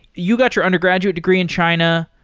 you got your undergraduate degree in china.